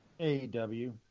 AEW